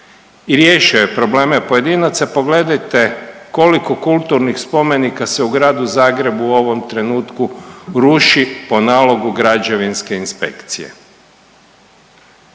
I riješio je probleme pojedinaca. Pogledajte koliko kulturnih spomenika se u Gradu Zagrebu u ovom trenutku ruši po nalogu građevinske inspekcije.